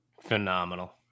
Phenomenal